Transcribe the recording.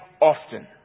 often